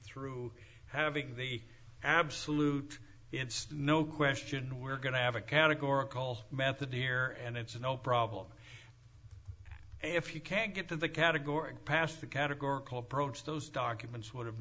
through having the absolute no question we're going to have a categorical method here and it's a no problemo if you can't get to the category past the category called approach those documents would